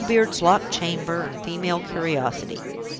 blue-beard's locked chamber, and female curiosity!